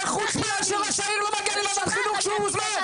לא זה חוצפה שראש העיר לא מגיע לוועדת חינוך כשהוא הוזמן.